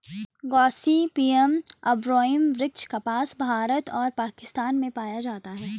Gossypium arboreum वृक्ष कपास, भारत और पाकिस्तान में पाया जाता है